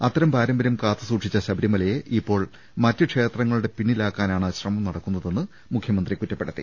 അത്തരം പാരമ്പര്യം കാത്തുസൂക്ഷിച്ച ശബരി മലയെ ഇപ്പോൾ മറ്റ് ക്ഷേത്രങ്ങളുടെ പിന്നിലാക്കാനാണ് ശ്രമം നടക്കുന്ന തെന്ന് മുഖ്യമന്ത്രി കുറ്റപ്പെടുത്തി